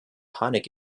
panik